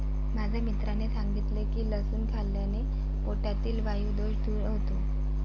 माझ्या मित्राने सांगितले की लसूण खाल्ल्याने पोटातील वायु दोष दूर होतो